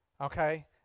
okay